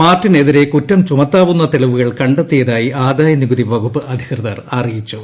മാർട്ടിനെതിരെ കുറ്റം ചുമത്താവുന്ന തെളിവുകൾ കണ്ടെത്തിയതായി ആദായനികുതി വകുപ്പ് അധികൃതർ അറിയിച്ചു